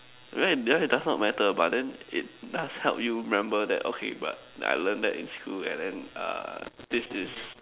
right then it does not matter but then it does help you remember that okay but I learnt that in school and then uh this is